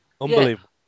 Unbelievable